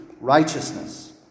righteousness